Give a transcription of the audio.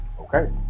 okay